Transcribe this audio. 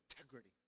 integrity